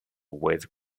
with